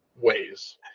ways